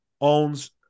owns